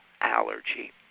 allergy